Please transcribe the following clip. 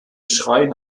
schrein